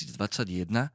2021